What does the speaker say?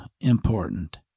important